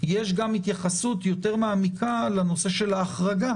יש גם התייחסות מעמיקה יותר לנושא ההחרגה.